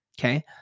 okay